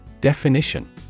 Definition